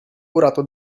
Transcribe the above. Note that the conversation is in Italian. curato